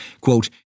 quote